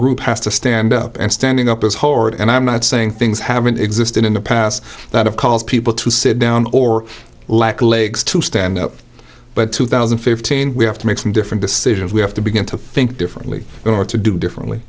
group has to stand up and standing up is horrid and i'm not saying things haven't existed in the past that have caused people to sit down or lack legs to stand up but two thousand and fifteen we have to make some different decisions we have to begin to think differently or to do differently